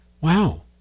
wow